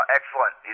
Excellent